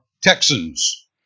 Texans